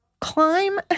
climb